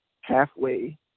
halfway